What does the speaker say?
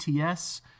ATS